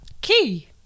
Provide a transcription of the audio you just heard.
Key